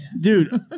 Dude